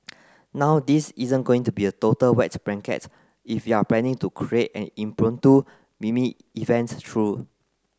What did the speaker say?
now this isn't going to be a total wet blanket if you're planning to create an impromptu meme event though